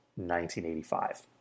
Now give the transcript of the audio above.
1985